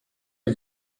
est